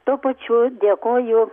tuo pačiu dėkoju